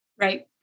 Right